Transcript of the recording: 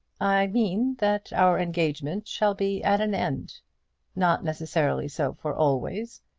i mean that our engagement shall be at an end not necessarily so for always.